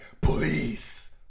police